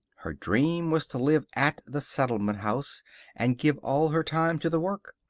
her dream was to live at the settlement house and give all her time to the work.